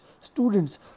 students